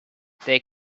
they